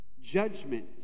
judgment